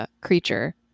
creature